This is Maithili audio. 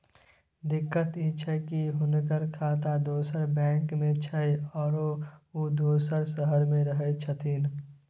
दिक्कत इ छै की हुनकर खाता दोसर बैंक में छै, आरो उ दोसर शहर में रहें छथिन